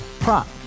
Prop